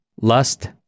lust